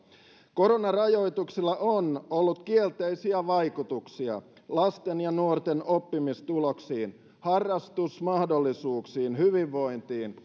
koronarajoituksilla on ollut kielteisiä vaikutuksia lasten ja nuorten oppimistuloksiin harrastusmahdollisuuksiin hyvinvointiin